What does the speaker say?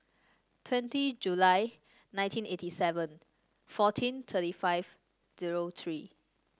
twenty July nineteen eighty seven fourteen thirty five zero three